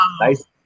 Nice